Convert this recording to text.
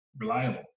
reliable